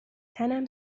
تنم